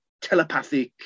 telepathic